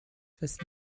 first